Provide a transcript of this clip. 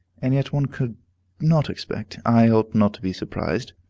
and yet, one could not expect i ought not to be surprised.